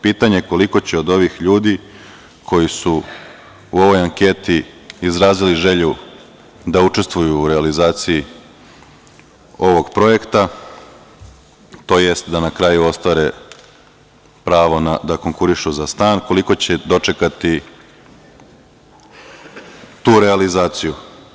Pitanje je koliko će od ovih ljudi koji su u ovoj anketi izrazili želju da učestvuju u realizaciji ovog projekta tj. da na kraju ostvare pravo da konkurišu za stan, koliko će dočekati tu realizaciju.